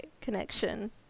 connection